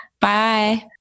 Bye